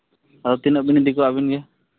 ᱦᱚᱸ ᱛᱤᱱᱟᱹᱜ ᱵᱤᱱ ᱤᱫᱤ ᱠᱚᱣᱟ ᱟᱹᱵᱤᱱ ᱜᱮ